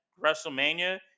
WrestleMania